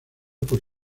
por